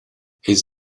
his